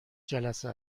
جلسه